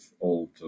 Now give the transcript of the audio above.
old